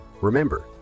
Remember